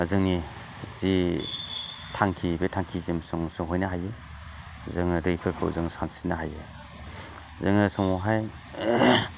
जोंनि जि थांखि बे थांखिजों जों सहैनो हायो जोङो दैफोरखौ जों सानस्रिनो हायो जोङो समावहाय